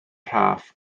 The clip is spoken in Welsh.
rhaff